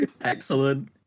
Excellent